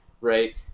Right